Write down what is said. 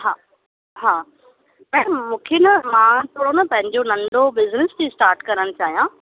हा हा मैडम मूंखे न मां थोरो न पंहिंजो नंढो बिजनेस थी स्टार्ट करणु चाहियां